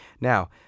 Now